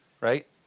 right